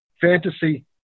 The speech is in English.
fantasy